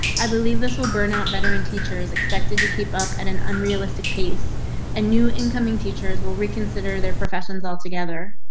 i believe this will burnout veteran teachers expected to keep up at an unrealistic pace and new incoming teachers will reconsider their professions altogether.